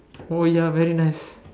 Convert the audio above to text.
oh ya very nice